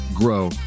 grow